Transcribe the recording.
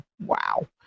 Wow